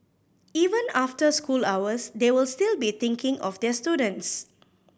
even after school hours they will still be thinking of their students